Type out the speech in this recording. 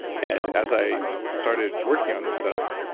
and as i started working on this stuff,